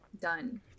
done